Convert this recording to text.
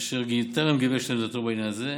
אשר טרם גיבש את עמדתו בעניין זה.